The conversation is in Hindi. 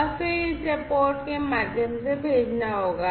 और फिर इसे पोर्ट के माध्यम से भेजना होगा